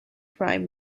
prime